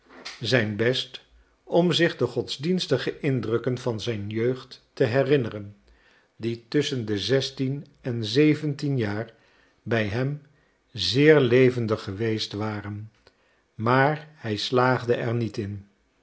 zijn best om zich de godsdienstige indrukken van zijn jeugd te herinneren die tusschen de zestien en zeventien jaar bij hem zeer levendig geweest waren maar hij slaagde er niet in